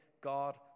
God